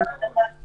מהסנגוריה הציבורית.